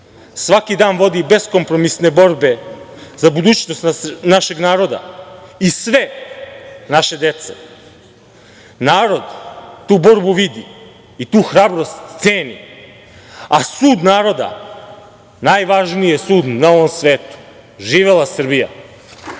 svaki dan vodi beskompromisne borbe za budućnost našeg naroda i sve naše dece. Narod tu borbu vidi i tu hrabrost ceni, a sud naroda, najvažniji je sud na ovom svetu. Živela Srbija.